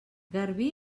garbí